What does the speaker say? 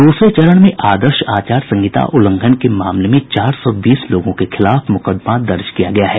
दूसरे चरण में आदर्श आचार संहिता उल्लंघन के मामले में चार सौ बीस लोगों के खिलाफ मुकदमा दर्ज किया गया है